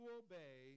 obey